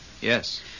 yes